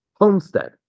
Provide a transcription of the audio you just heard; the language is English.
homestead